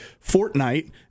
Fortnite